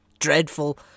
dreadful